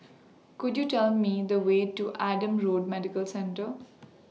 Could YOU Tell Me The Way to Adam Road Medical Centre